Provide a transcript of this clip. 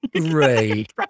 Right